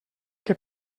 que